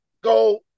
go